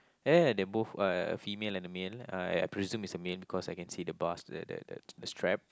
eh they both uh female and the male I I presume is a male because I can see the bars to the the the strap